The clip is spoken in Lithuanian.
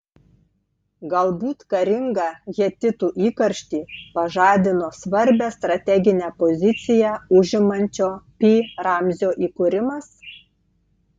galbūt karingą hetitų įkarštį pažadino svarbią strateginę poziciją užimančio pi ramzio įkūrimas